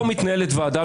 פה מתנהלת ועדה,